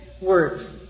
words